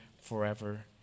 forever